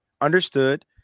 understood